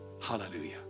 Hallelujah